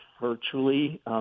virtually